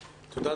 תודה,